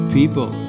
People